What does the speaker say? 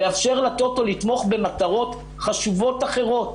ויאפשר לטוטו לתמוך במטרות חשובות אחרות,